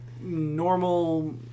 normal